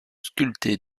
sculptés